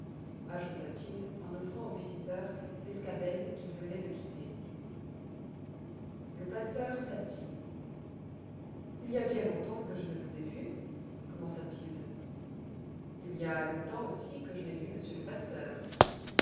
ajouta-t-il en offrant au visiteur l'escabelle qu'il venait de quitter le pasteur s'assit il y a bien longtemps que je ne vous ai vu commença-t-il il y a longtemps aussi que je n'ai vu monsieur le pasteur